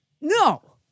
No